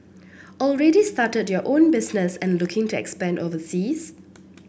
already started your own business and looking to expand overseas